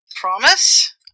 Promise